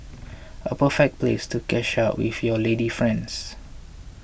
a perfect place to catch up with your lady friends